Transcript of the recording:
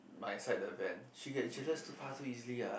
my side the van she get jealous too fast too easily ah